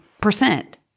percent